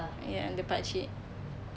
ya and the pakcik